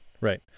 Right